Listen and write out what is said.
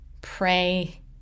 pray